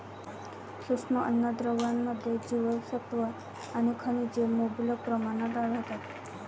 सूक्ष्म अन्नद्रव्यांमध्ये जीवनसत्त्वे आणि खनिजे मुबलक प्रमाणात आढळतात